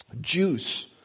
juice